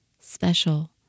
special